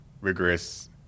rigorous